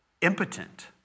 impotent